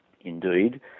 Indeed